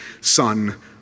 son